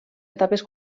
etapes